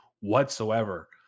whatsoever